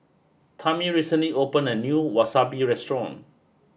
Tami recently opened a new Wasabi Restaurant